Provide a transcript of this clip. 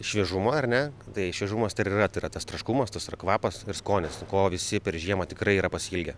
šviežumo ar ne tai šviežumas tai ir yra tai yra tas traškumas tas ir kvapas ir skonis ko visi per žiemą tikrai yra pasiilgę